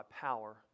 power